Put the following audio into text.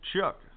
Chuck